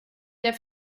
der